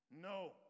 No